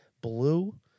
blue